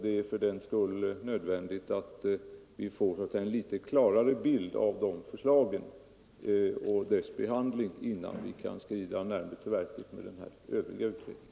Det är fördenskull nödvändigt att vi får en något klarare bild av de här förslagen och deras behandling innan vi kan skrida till verket med den övriga utvecklingen.